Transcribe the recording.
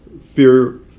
fear